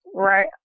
Right